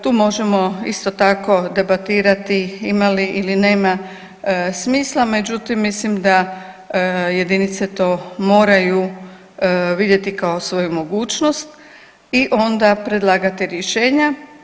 Tu možemo isto tako debatirati ima li ili nema smisla, međutim mislim da jedinice to moraju vidjeti kao svoju mogućnosti i onda predlagati rješenja.